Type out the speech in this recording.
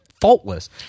Faultless